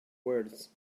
words